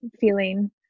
feeling